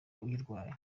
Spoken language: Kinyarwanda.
uyirwaye